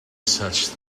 such